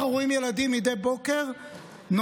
ככה רואים ילדים נוהרים מדי בוקר לכביש,